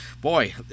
boy